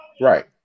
right